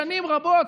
שנים רבות,